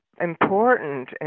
important